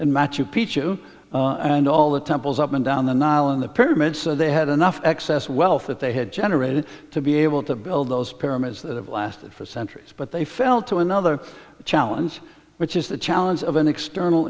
and matthew picchu and all the temples up and down the nile in the pyramid so they had enough excess wealth that they had generated to be able to build those pyramids that have lasted for centuries but they fell to another challenge which is the challenge of an external